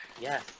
Yes